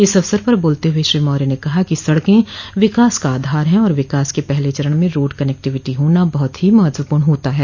इस अवसर पर बोलते हुए श्री मौर्य ने कहा कि सड़के विकास का आधार है और विकास के पहले चरण में रोड कनेक्टिविटी होना बहुत ही महत्वपूर्ण होता है